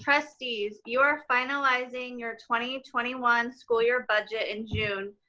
trustees you're finalizing your twenty twenty one school year budget in june,